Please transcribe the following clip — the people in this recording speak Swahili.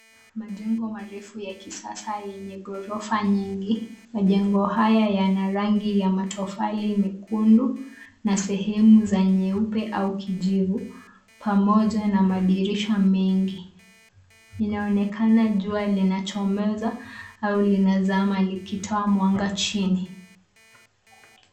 Majengo marefu ya kisasa yenye gorofa nyingi. Majengo haya yana rangi ya matofali mekundu na sehemu za nyeupe au kijivu pamoja na madirisha mengi . Inaonekana jua lina chomoza au linazama likitoa mwanga chini.